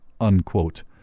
unquote